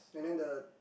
and then the